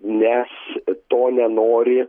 nes to nenori